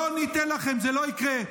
לא ניתן לכם, זה לא יקרה.